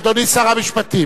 אדוני שר המשפטים,